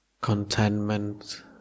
contentment